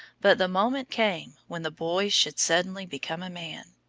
but the moment came when the boy should suddenly become a man.